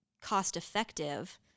cost-effective